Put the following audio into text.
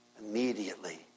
immediately